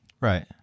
Right